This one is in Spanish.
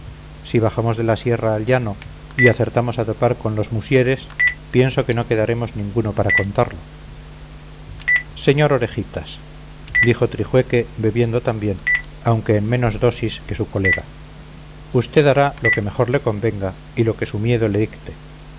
si bajamos de la sierra al llano y acertamos a topar con los mosiures pienso que no quedaremos ninguno para contarlo sr orejitas dijo trijueque bebiendo también aunque en menos dosis que su colega usted hará lo que mejor le convenga y lo que su miedo le